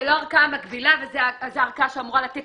זו לא ערכאה מקבילה אבל זו ערכאה שאמורה לתת